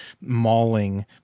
mauling